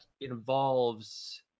involves